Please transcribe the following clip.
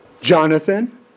Jonathan